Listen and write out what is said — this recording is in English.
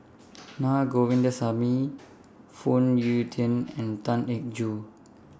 Naa Govindasamy Phoon Yew Tien and Tan Eng Joo